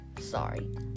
Sorry